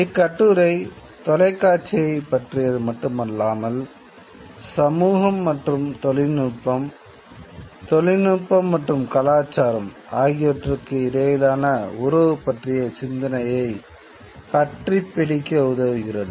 இக்கட்டுரை தொலைக்காட்சியை பற்றியது மட்டுமல்லாமல் சமூகம் மற்றும் தொழில்நுட்பம் தொழில்நுட்பம் மற்றும் கலாச்சாரம் ஆகியவற்றுக்கு இடையிலான உறவுகள் பற்றிய சிந்தனையைப் பற்றிப்பிடிக்க உதவுகிறது